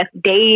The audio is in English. days